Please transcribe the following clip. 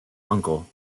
uncle